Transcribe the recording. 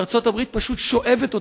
ארצות-הברית פשוט שואבת אותם,